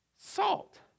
salt